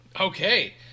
Okay